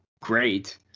Great